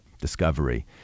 discovery